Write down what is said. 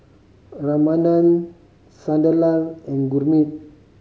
Ramanand Sunderlal and Gurmeet